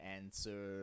answer